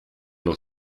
noch